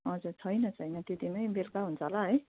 हजुर छैन छैन त्यतिमै बेलुका हुन्छ होला है